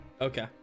Okay